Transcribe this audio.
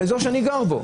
לאזור שאני גר בו,